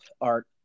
art